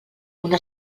una